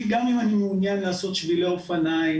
גם אם אני מעוניין לעשות שבילי אופניים,